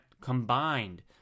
combined